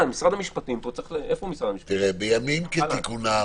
בימים כתיקונם